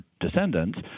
descendants